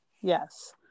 Yes